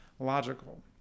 logical